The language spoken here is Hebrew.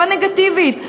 לא נגטיבית,